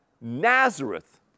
Nazareth